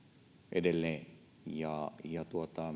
edelleen ja ja